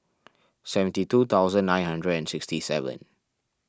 seventy two thousand nine hundred and sixty seven